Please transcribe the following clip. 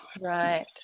Right